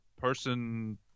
person